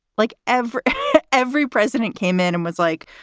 like every every president came in and was like,